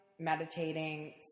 meditating